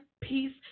peace